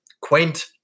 quaint